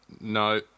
No